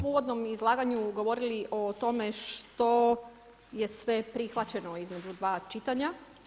U uvodnom izlaganju govorili smo o tome što je sve prihvaćeno između dva čitanja.